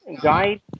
guide